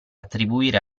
attribuire